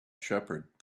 shepherd